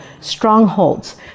strongholds